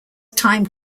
time